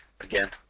again